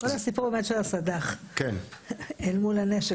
כל הסיפור הזה של הסד"ח אל מול הנשק,